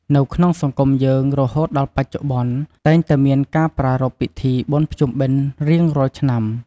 នៅក្នុងសង្គមយើង រហូតដល់បច្ចុប្បន្ន តែងតែមានការប្រារព្ធពិធីបុណ្យភ្ជុំបិណ្យរៀងរាល់ឆ្នាំ។